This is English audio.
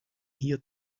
here